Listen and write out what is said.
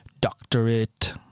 doctorate